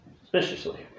Suspiciously